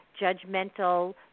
judgmental